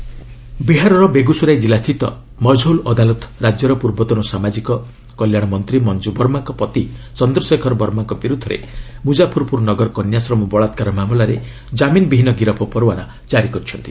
Bihar NBW ବିହାରର ବେଗୁସରାଇ ଜିଲ୍ଲା ସ୍ଥିତ ମଝଉଲ୍ ଅଦାଲତ ରାଜ୍ୟର ପୂର୍ବତନ ସାମାଜିକ କଲ୍ୟାଣ ମନ୍ତ୍ରୀ ମଞ୍ଜୁ ବର୍ମାଙ୍କ ପତି ଚନ୍ଦ୍ରଶେଖର ବର୍ମାଙ୍କ ବିରୁଦ୍ଧରେ ମୁଜାଫର ନଗର କନ୍ୟାଶ୍ରମ ବଳାକାର ମାମଲାରେ କାମିନ୍ ବିହୀନ ଗିରଫ୍ ପରୱାନା ଜାରି କରିଛନ୍ତି